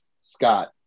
Scott